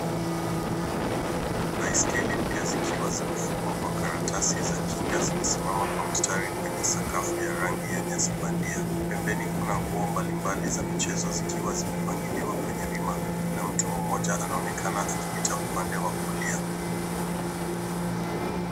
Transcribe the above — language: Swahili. Baiskeli mpya zikiwa zimefungwa kwa karatasi za kinga zimesimama kwa mstari kwenye sakafu ya rangi ya nyasi bandia. Pembeni kuna nguo mbalimbali za michezo zikiwa zimepangiliwa kwenye wima na mtu mmoja anaonekana akipita upande wa kulia.